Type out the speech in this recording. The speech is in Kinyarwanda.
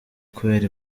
kubera